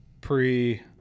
pre